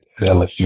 LSU